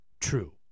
true